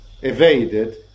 evaded